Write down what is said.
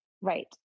Right